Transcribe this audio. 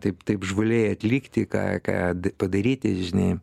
taip taip žvaliai atlikti ką ką padaryti žinai